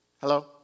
Hello